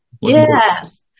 Yes